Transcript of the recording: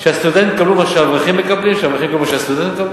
שהסטודנטים יקבלו מה שהאברכים מקבלים והאברכים יקבלו מה שהסטודנט מקבל?